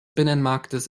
binnenmarktes